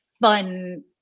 fun